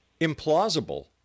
implausible